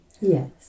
Yes